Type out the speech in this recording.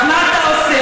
אז מה אתה עושה?